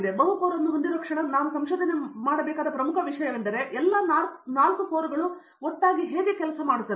ನಾನು ಬಹು ಕೋರ್ ಅನ್ನು ಹೊಂದಿರುವ ಕ್ಷಣ ನಾವು ಸಂಶೋಧನೆ ಮಾಡಬೇಕಾದ ಪ್ರಮುಖ ವಿಷಯವೆಂದರೆ ಎಲ್ಲ 4 ಕೋರ್ಗಳು ಒಟ್ಟಾಗಿ ಹೇಗೆ ಕೆಲಸ ಮಾಡುತ್ತವೆ